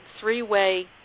three-way